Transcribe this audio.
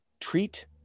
treat